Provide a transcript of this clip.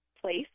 place